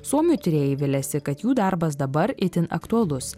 suomių tyrėjai viliasi kad jų darbas dabar itin aktualus